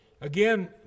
Again